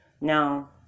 Now